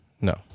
No